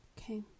Okay